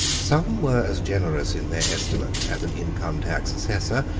some were as generous in their estimate as an income-tax assessor,